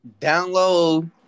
Download